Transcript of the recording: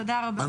תודה רבה.